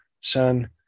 son